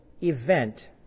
event